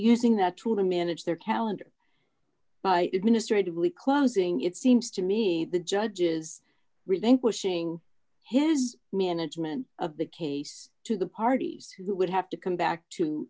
using that tool to manage their calendar by administratively closing it seems to me the judges relinquishing his management of the case to the parties who would have to come back to